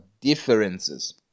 differences